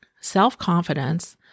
self-confidence